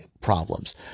problems